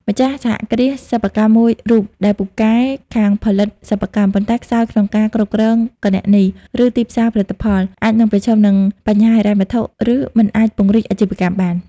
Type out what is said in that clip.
ម្ចាស់សហគ្រាសសិប្បកម្មមួយរូបដែលពូកែខាងផលិតសិប្បកម្ម ប៉ុន្តែខ្សោយក្នុងការគ្រប់គ្រងគណនី ឬទីផ្សារផលិតផល អាចនឹងប្រឈមនឹងបញ្ហាហិរញ្ញវត្ថុ ឬមិនអាចពង្រីកអាជីវកម្មបាន។